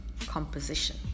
composition